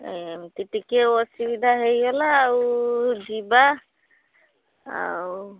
ଏମିତି ଟିକିଏ ଅସୁବିଧା ହେଇଗଲା ଆଉ ଯିବା ଆଉ